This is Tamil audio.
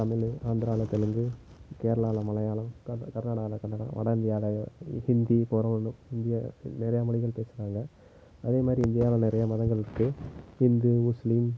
தமிழ் ஆந்திராவில் தெலுங்கு கேரளாவில் மலையாளம் கர்நாடகாவில் கன்னடம் வட இந்தியாவில் ஹிந்தி நிறையா மொழிகள் பேசுகிறாங்க அதேமாரி இந்தியாவில் நிறைய மதங்கள் இருக்குது ஹிந்து முஸ்லீம்